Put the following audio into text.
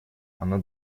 она